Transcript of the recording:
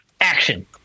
Action